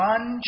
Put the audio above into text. One